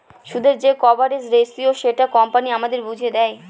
সুদের যে coverage ratio সেটা কোম্পানি আমাদের বুঝিয়ে দেয়